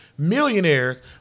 millionaires